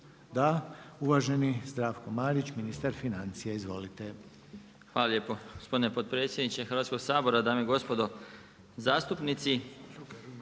Da. Uvaženi Zdravko Marić, ministar financija. Izvolite. **Marić, Zdravko** Hvala lijepo. Gospodine potpredsjedniče Hrvatskog sabora, dame i gospodo zastupnici